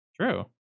True